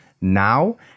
now